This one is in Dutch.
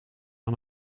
aan